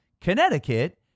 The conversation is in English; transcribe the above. Connecticut